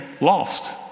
lost